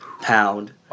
pound